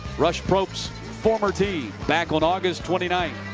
rush probst former team. back on august twenty ninth.